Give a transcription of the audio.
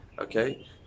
Okay